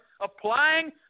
applying